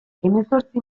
hemezortzi